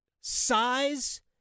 size